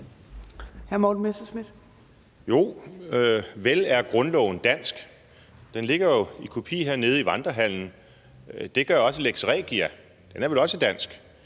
Morten Messerschmidt (DF): Jo, vel er grundloven dansk. Den ligger jo i kopi hernede i Vandrehallen. Det gør også Lex Regia, den er vel også dansk.